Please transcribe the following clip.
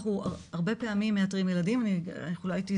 אנחנו הרבה פעמים מאתרים ילדים ואני יכולה,